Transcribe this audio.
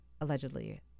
allegedly